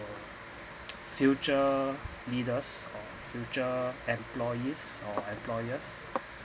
future leaders or future employees or employers